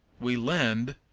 we lend,